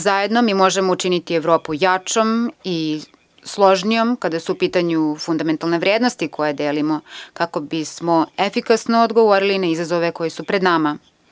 Zajedno možemo učiniti Evropu jačom i složnijom kada su u pitanju fundamentalne vrednosti koje delimo kako bismo efikasno odgovorili na izazove koji su pred nama.